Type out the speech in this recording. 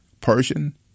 Persian